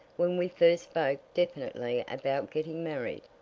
when we first spoke definitely about getting married.